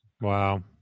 Wow